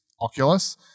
Oculus